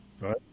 Right